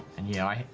and yeah,